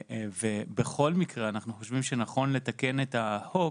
ובכל מקרה אנחנו חושבים שנכון לתקן את החוק,